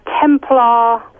Templar